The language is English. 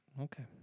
Okay